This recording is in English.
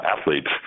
athletes